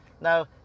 now